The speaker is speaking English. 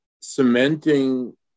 cementing